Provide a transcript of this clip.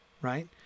right